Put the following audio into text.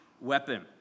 weapon